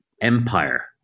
empire